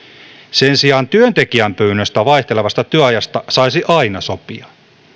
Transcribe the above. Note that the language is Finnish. sen sijaan työntekijän pyynnöstä vaihtelevasta työajasta saisi aina sopia